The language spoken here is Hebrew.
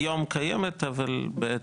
היא כן קיימת, אבל בעייתית.